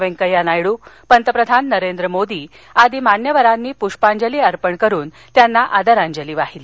व्यंकय्या नायडू पंतप्रधान नरेंद्र मोदी आदी मान्यवरांनी पुष्पांजली अर्पण करून त्यांना आदरांजली वाहिली